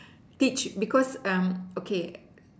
teach because okay